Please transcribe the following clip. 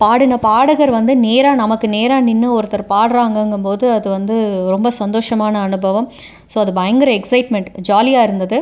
பாடின பாடகர் வந்து நேராக நமக்கு நேராக நின்று ஒருத்தர் பாடுகிறாங்கங்கு போது அது வந்து ரொம்ப சந்தோஷமான அனுபவம் ஸோ அது பயங்கர எக்சைட்மெண்ட் ஜாலியாக இருந்தது